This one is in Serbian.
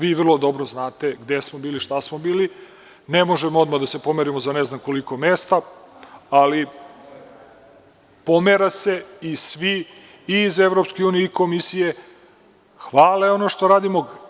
Vi vrlo dobro znate gde smo bili, šta smo bili, ne možemo odmah da se pomerimo za ne znam koliko mesta, ali pomera se i svi iz EU i komisije hvale ono što radimo.